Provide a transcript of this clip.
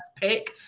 pick